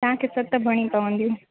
तव्हांखे सत भरिणी पवंदियूं